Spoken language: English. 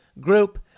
group